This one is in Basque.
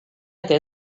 eta